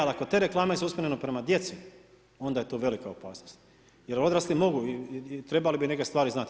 Ali ako te reklame su usmjerene prema djeci onda je to velika opasnost, jer odrasli mogu i trebali bi neke stvari znati.